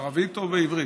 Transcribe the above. בערבית או בעברית?